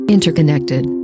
Interconnected